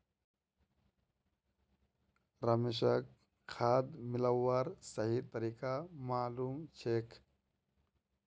रमेशक खाद मिलव्वार सही तरीका मालूम छेक